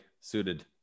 suited